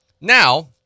Now